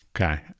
Okay